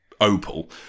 opal